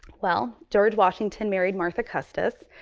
well, george washington married martha custis,